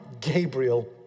Gabriel